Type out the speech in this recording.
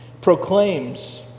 Proclaims